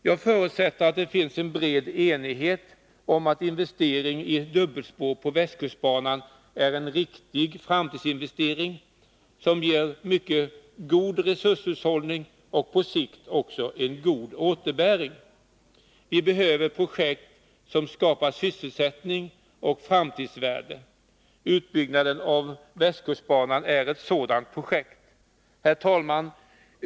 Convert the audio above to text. Jag förutsätter att det finns en bred enighet om att investering i dubbelspår på Västkustbanan är en riktig framtidsinvestering, som ger god resurshushållning och på sikt också god återbäring. Vi behöver projekt som skapar sysselsättning och framtidsvärde. Utbyggnaden av Västkustbanan är ett sådant projekt. Herr talman!